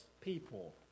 people